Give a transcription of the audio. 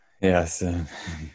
yes